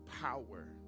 power